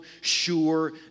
sure